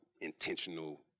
intentional